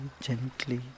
gently